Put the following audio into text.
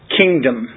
kingdom